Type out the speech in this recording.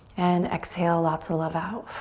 and exhale, lots of love out.